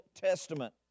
Testament